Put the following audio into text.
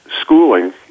schooling